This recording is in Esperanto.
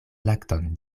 lakton